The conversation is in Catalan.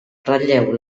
ratlleu